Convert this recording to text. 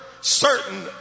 certain